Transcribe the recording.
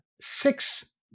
six